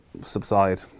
subside